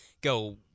go